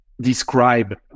describe